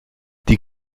die